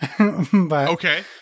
Okay